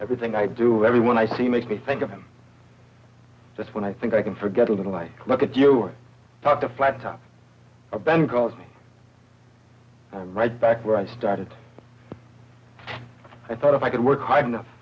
everything i do everyone i see make me think of him just when i think i can forget a little i look at you talk to flattop ben cause i'm right back where i started i thought if i could work hard enough